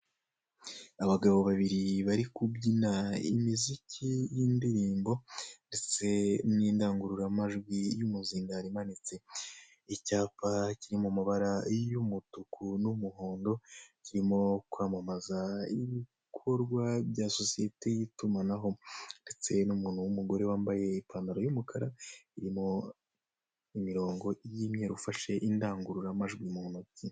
Abagabo babirir bari kubyina imiziki y'indirimbo ndetse n'indangururamajwi y'imizindaro imanitse icyapa kiri mu mabara y'umutuku n'umuhondo kirimo kwamamaza ibikorwa bya sosiyete y'itumanaho ndetse n'umuntu w'umugore wambaye ipanaro y'umukara irimo imirongo y'umweru ufashe mikoro mu ntoki.